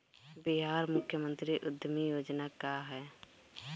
बिहार मुख्यमंत्री उद्यमी योजना का है?